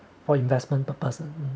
for investment purposes